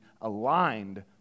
aligned